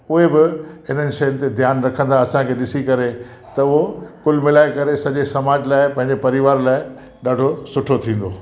उहे बि हिननि शयुनि ते ध्यानु रखंदा असांखे ॾिसी करे त उहो कुलु मिलाए करे सॼे समाज लाइ पंहिंजे परिवार लाइ ॾाढो सुठो थींदो